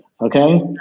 Okay